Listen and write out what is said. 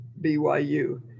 BYU